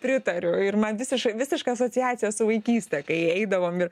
pritariu ir man visiška visiška asociacija su vaikyste kai eidavome ir